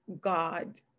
God